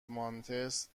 مانتس